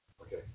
okay